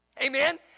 Amen